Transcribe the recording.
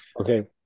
Okay